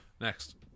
Next